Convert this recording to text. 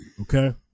Okay